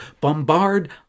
bombard